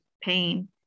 pain